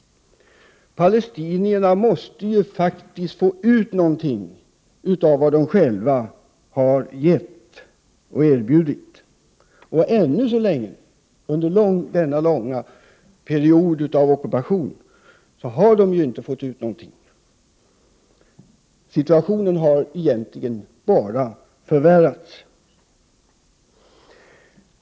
Palestinierna måste faktiskt få ut någonting av vad de själva har gett och erbjudit. Och ännu så länge, under hela denna långa period av ockupation, har de ju inte fått ut någonting. Situationen har egentligen bara förvärrats.